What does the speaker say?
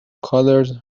colors